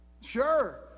sure